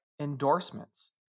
endorsements